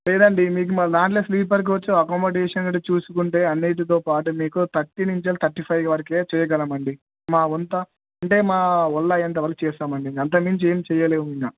లేదండి మీకు మా దానిలో స్లీపర్ కోచ్ అకామిడేషన్ చూసుకుంటే అన్నిటితో పాటు మీకు థర్టీ నుంచి థర్టీ ఫైవ్ వరకే చేయగలమండి మా వంతు అంటే మా వల్ల అయ్యేంత వరకే చేశామండి అంతకు మించి ఏం చేయలేము ఇంక